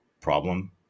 problem